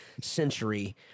century